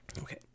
Okay